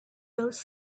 those